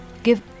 give